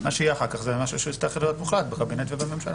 מה שיהיה אחר כך זה משהו שצריך להיות מוחלט בקבינט ובממשלה.